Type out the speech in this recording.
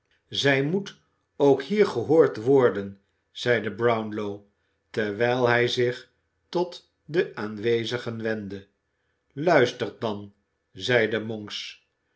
zij moet ook hier gehoord worden zeide brownlow terwijl hij zich tot de aanwezigen wendde luistert dan zeide monks